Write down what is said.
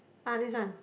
uh this one